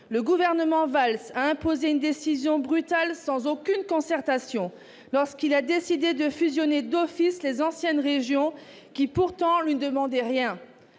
Le gouvernement Valls a imposé une décision brutale, sans aucune concertation, lorsqu'il a décidé de fusionner d'office les anciennes régions, qui, pourtant, ne lui demandaient rien.